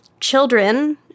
children